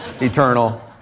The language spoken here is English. Eternal